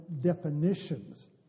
definitions